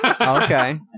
Okay